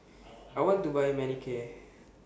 I want to Buy Manicare